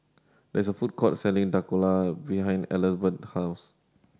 there is a food court selling Dhokla behind house